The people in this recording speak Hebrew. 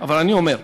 אבל אני אומר: